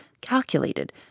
calculated